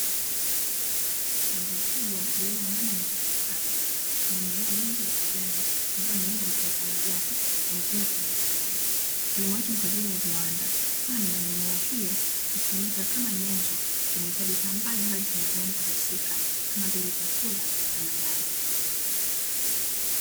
Shamba kubwa lililo ndani ya nyumba ya kitalu, kuna mimea mingi ya kijani ambayo ni aina ya mboga za majani na yamepandwa kimistari. Kilimo hichi ni kwa ajili ya viwanda kwani mimea hiyo hutumika kama nyenzo kutengenezea bidhaa mbalimbali kwenye viwanda husika kama vile vyakula na madawa.